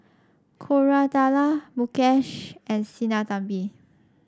Koratala Mukesh and Sinnathamby